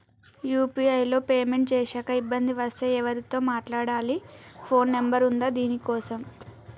UPI లో payment చేశాక ఇబ్బంది వస్తే ఎవరితో మాట్లాడాలి? ఫోన్ నంబర్ ఉందా దీనికోసం?